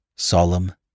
Solemn